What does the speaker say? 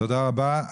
תודה רבה.